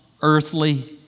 earthly